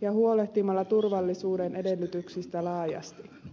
ja huolehtimalla turvallisuuden edellytyksistä laajasti